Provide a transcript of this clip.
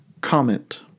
comment